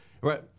right